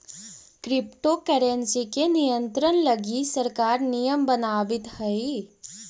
crypto currency के नियंत्रण लगी सरकार नियम बनावित हइ